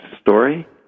story